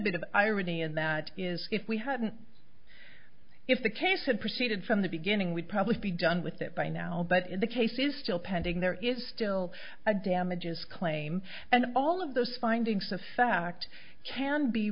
bit of irony and that is if we hadn't if the case had proceeded from the beginning we'd probably be done with it by now but in the case is still pending there is still a damages claim and all of those findings of fact can be